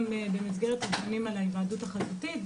גם במסגרת הדיונים על ההיוועדות החזותית,